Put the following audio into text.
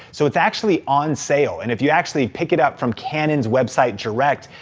so it's actually on sale. and if you actually pick it up from canon's website direct,